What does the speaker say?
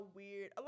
weird